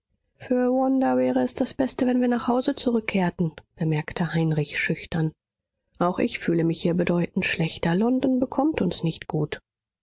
für wanda wäre es das beste wenn wir nach hause zurückkehrten bemerkte heinrich schüchtern auch ich fühle mich hier bedeutend schlechter london bekommt uns nicht gut